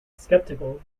skeptical